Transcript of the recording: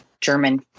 German